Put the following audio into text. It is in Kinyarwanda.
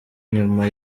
nyuma